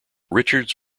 richards